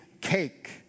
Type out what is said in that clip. cake